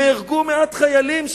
נהרגו מעט חיילים שלנו,